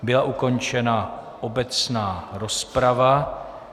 Byla ukončena obecná rozprava.